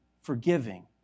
forgiving